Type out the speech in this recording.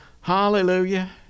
Hallelujah